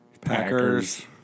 Packers